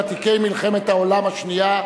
ותיקי מלחמת העולם השנייה,